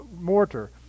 mortar